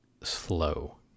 slow